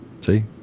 See